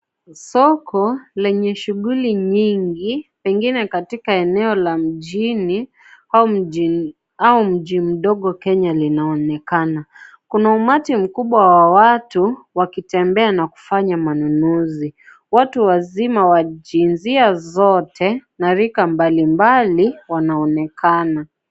Soko lenye shughuli nyingi pengine katika eneo la mjini, au mji mdogo Kenya linaonekana. Kuna umati mkubwa wa watu wakitembea na kufanya manunuzi. Watu wazima wa jinsia zote na rika mbalimbali wanaonekana.